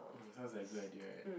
sounds like a good idea [right]